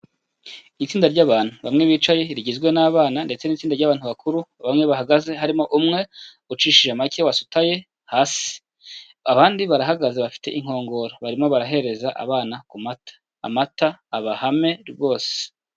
Itsinda ry'abantu bamwe bicaye rigizwe n'abana ndetse n'itsinda ry'bantu bakuru, bamwe bahagaze harimo umwe ucishije make wasutaye hasi, abandi barahagaze bafite inkongoro, barimo barahereza abana ku mata. Amata abahame rwose.